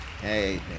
Hey